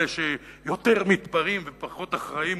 אלה שיותר מתפרעים ופחות אחראיים,